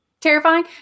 terrifying